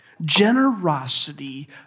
generosity